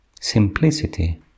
simplicity